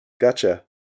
Gotcha